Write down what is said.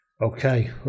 Okay